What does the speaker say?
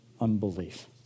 unbelief